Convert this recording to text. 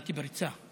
באתי בריצה.